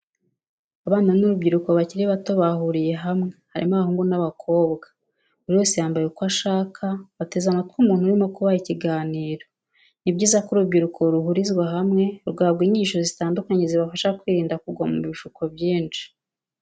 Abana n'urubyiruko bakiri bato bahuriye hamwe, harimo abahungu n'abakobwa buri wese yambaye uko ashaka bateze amatwi umuntu urimo kubaha ikiganiro. Ni byiza ko urubyiruko ruhurizwa hamwe rugahabwa inyigisho zitandukanye zibafasha kwirinda kugwa mu bishuko byinshi.